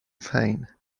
vain